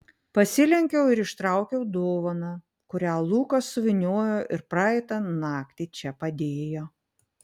pasilenkiau ir ištraukiau dovaną kurią lukas suvyniojo ir praeitą naktį čia padėjo